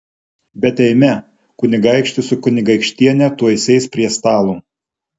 bet eime kunigaikštis su kunigaikštiene tuoj sės prie stalo